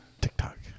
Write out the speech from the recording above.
TikTok